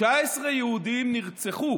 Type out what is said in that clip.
19 יהודים, נרצחו